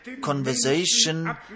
conversation